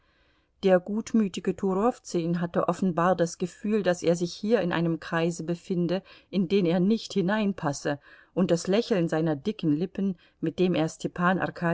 der gutmütige turowzün hatte offenbar das gefühl daß er sich hier in einem kreise befinde in den er nicht hineinpasse und das lächeln seiner dicken lippen mit dem er